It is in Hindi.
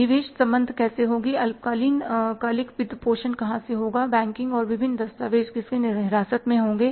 निवेश संबंध कैसी होंगी अल्पकालिक वित्तपोषण कहां से होगा बैंकिंग और विभिन्न दस्तावेज़ किसकी हिरासत में होंगे